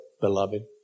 beloved